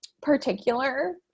particular